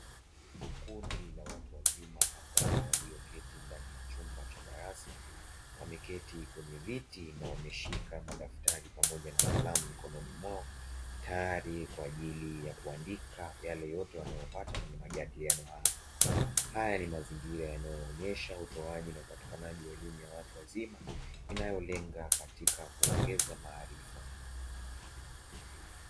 Kundi la watu wazima kadhaa walioketi ndani ya chumba cha darasa, wameketi kwenye viti na wameshika madaftari pamoja na kalamu mikononi mwao. Tayari kwa ajili ya kuandika Yale yote wanayopata kwenye majadiliano hayo. Haya ni mazingira yanayoonyesha utoaji na upatikanaji wa elimu ya watu wazima inayolenga katika kuongeza maarifa.